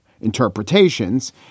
interpretations